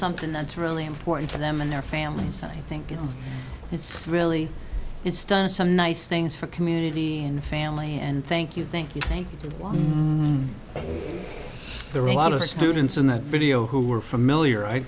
something that's really important to them and their families and i think it's really it's done some nice things for community and family and thank you thank you thank you the real lot of students in that video who were familiar i